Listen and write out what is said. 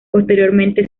posteriormente